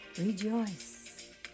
Rejoice